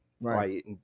Right